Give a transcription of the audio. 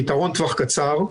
פתרון טווח קצר: